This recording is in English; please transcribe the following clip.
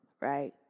right